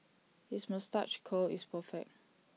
his moustache curl is perfect